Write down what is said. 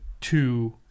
two